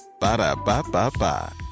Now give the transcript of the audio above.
Ba-da-ba-ba-ba